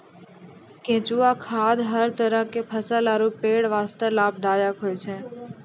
केंचुआ खाद हर तरह के फसल आरो पेड़ वास्तॅ लाभदायक होय छै